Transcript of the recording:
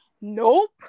Nope